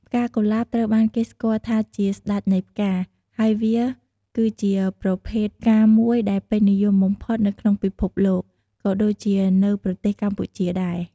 ផ្កាកុលាបត្រូវបានគេស្គាល់ថាជា "ស្តេចនៃផ្កា" ហើយវា គឺជាប្រភេទផ្កាមួយដែលពេញនិយមបំផុតនៅក្នុងពិភពលោក ក៏ដូចជានៅប្រទេសកម្ពុជាដែរ។